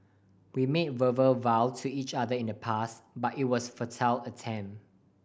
we made verbal vows to each other in the past but it was futile attempt